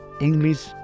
English